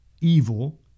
evil